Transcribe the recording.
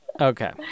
okay